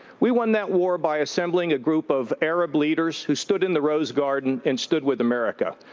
we won that war by assembling a group of arab leaders who stood in the rose garden and stood with america.